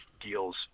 deals